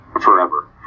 Forever